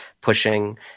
pushing